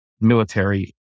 military